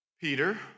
Peter